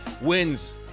wins